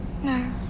No